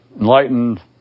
enlightened